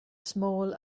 small